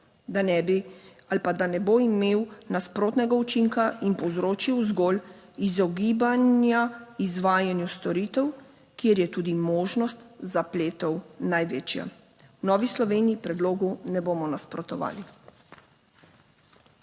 da ne bi ali pa da ne bo imel nasprotnega učinka in povzročil zgolj izogibanja izvajanju storitev, kjer je tudi možnost zapletov največja. V Novi Sloveniji predlogu ne bomo nasprotovali.